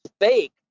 fake